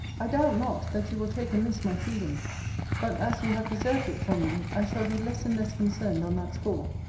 i doubt not, that you will take amiss my freedom but as you have deserved it from me, i shall be less and less concerned on that score,